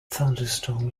thunderstorm